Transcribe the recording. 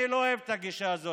אני לא אוהב את הגישה הזאת.